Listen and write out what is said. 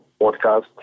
podcast